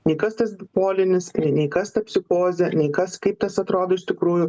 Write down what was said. nei kas tas bipolinis nei nei kas ta psichozė nei kas kaip tas atrodo iš tikrųjų